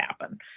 happen